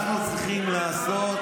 תפסיק להקטין אותם.